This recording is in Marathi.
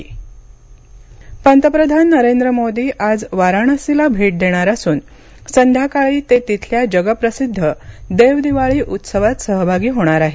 पंतप्रधान वाराणसी पंतप्रधान नरेंद्र मोदी आज वाराणसीला भेट देणार असून संध्याकाळी ते तिथल्या जगप्रसिद्ध देव दिवाळी उत्सवात सहभागी होणार आहेत